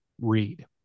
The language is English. read